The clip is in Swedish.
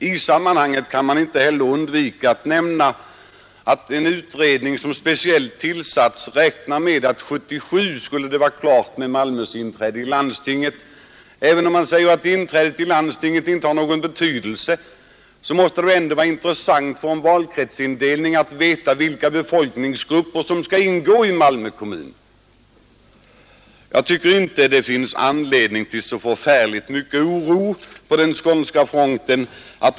I detta sammanhang kan man inte heller undvika att nämna att en utredning, som speciellt tillsatts för detta ändamål, räknar med att det 1977 skulle vara klart med Malmös inträde i landstinget. Även om man gör gällande att inträdet i landstinget inte skulle ha någon betydelse, måste det vara intressant att vid valkretsindelningen veta vilka befolkningsgrupper som skall ingå i Malmö kommun. Jag tycker inte att det finns anledning till så förfärligt stor oro på den skånska fronten.